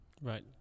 Right